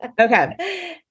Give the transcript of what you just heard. Okay